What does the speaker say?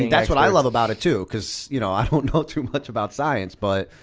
that's what i love about it too cause you know i don't know too much about science, but